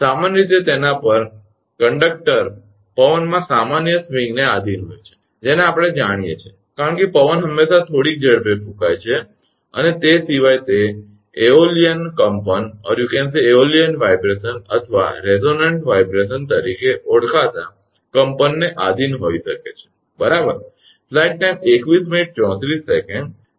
સામાન્ય રીતે તેના પર વાહકકંડકટર પવનમાં સામાન્ય સ્વિંગને આધિન હોય છે જેને આપણે જાણીએ છીએ કારણ કે પવન હંમેશાં થોડીક ઝડપે ફૂંકાય છે અને તે સિવાય તે એઓલિયન કંપનવાઇબ્રેશન અથવા રેઝોનન્ટ કંપન તરીકે ઓળખાતા કંપનને આધિન હોઈ શકે છે બરાબર